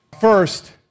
First